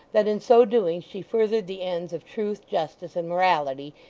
that in so doing she furthered the ends of truth, justice, and morality,